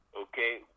okay